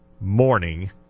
Morning